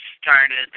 started